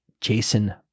Jason